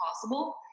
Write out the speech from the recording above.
possible